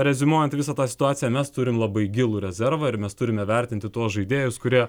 reziumuojant visą tą situaciją mes turime labai gilų rezervą ir mes turime vertinti tuos žaidėjus kurie